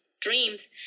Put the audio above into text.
dreams